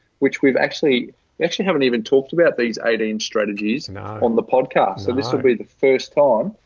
which we've actually actually haven't even talked about these eighteen strategies and um on the podcast. so this will be the first time.